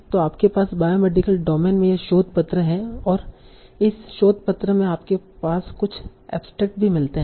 तो आपके पास बायोमेडिकल डोमेन में यह शोध पत्र है और इस शोध पत्र में आपके पास कुछ एब्सट्रैक्ट भी मिलते हैं